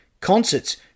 Concerts